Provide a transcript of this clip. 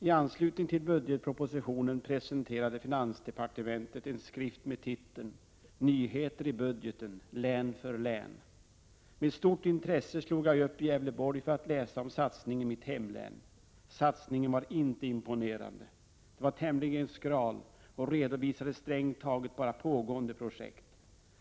Herr talman! I anslutning till budgetpropositionen presenterade finansdepartementet en skrift med titeln ”Nyheter i budgeten, län för län”. Med stort intresse slog jag upp Gävleborg för att läsa om satsningen i mitt hemlän. Satsningen var inte imponerande. Den var tämligen skral och redovisade strängt taget bara pågående projekt.